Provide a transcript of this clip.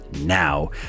now